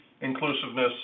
inclusiveness